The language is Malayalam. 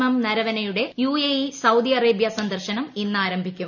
എം നരവനെയുടെ യുഎഇ സൌദി അറേബ്യ സന്ദർശനം ഇന്നാരംഭിക്കും